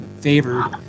favored